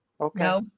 Okay